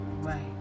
Right